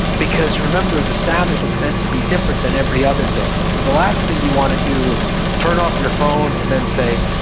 because, remember, the sabbath is meant to be different than every other day, so the last thing you want to do is turn off your phone, and then say,